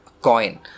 coin